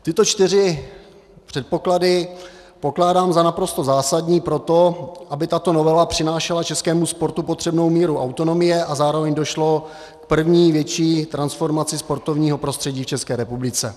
Tyto čtyři předpoklady pokládám za naprosto zásadní pro to, aby tato novela přinášela českému sportu potřebnou míru autonomie a zároveň došlo k první větší transformaci sportovního prostředí v České republice.